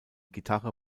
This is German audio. gitarre